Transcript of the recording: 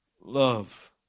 love